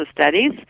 studies